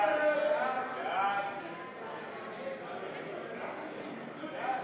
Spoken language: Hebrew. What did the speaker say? ההצעה להסיר מסדר-היום